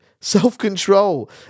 self-control